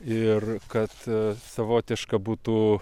ir kad savotiška būtų